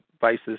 Vice's